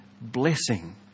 blessing